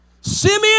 Simeon